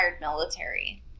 military